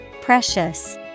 Precious